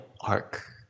arc